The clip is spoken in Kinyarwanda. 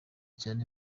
cyane